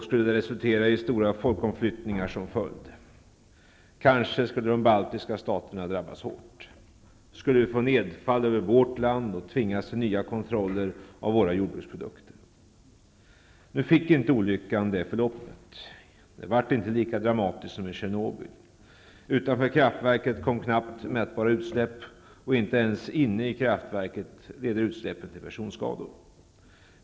Skulle det resultera i stora folkomflyttningar? Kanske skulle de baltiska staterna drabbas hårt. Skulle vi få nedfall över vårt land och tvingas till nya kontroller av våra jordbruksprodukter? Nu fick inte olyckan det förloppet. Det blev inte lika dramatiskt som vid Tjernobyl. Utanför kraftverket kom knappt mätbara utsläpp, och inte ens inne i kraftverket ledde utsläppet till personskador.